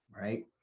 right